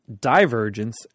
divergence